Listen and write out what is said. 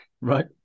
right